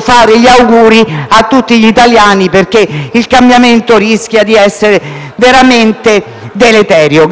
fare gli auguri a tutti gli italiani, perché il cambiamento rischia di essere veramente deleterio.